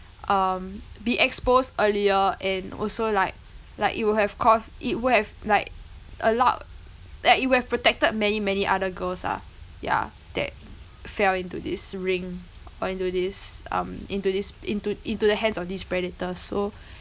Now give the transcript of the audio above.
um be exposed earlier and also like like it would have caused it would have like allowed like it would have protected many many other girls lah yeah that fell into this ring or into this um into this into into the hands of these predators so